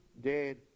dead